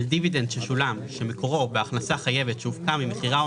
על דיבידנד ששולם שמקורו בהכנסה חייבת שהופקה ממכירה או